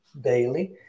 daily